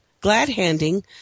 glad-handing